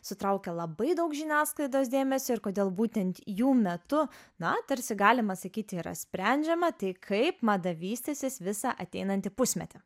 sutraukia labai daug žiniasklaidos dėmesio ir kodėl būtent jų metu na tarsi galima sakyti yra sprendžiama tai kaip mada vystysis visą ateinantį pusmetį